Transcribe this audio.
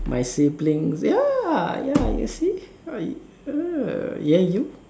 my siblings ya ya you see right !huh! ya you